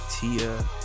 Tia